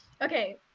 okay